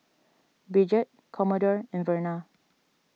Bridget Commodore and Verna